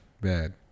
bad